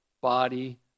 body